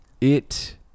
it-